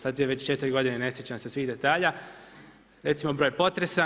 Sad je već 4 godine, ne sjećam se svih detalja, recimo broj potresa.